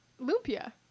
lumpia